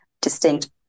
distinct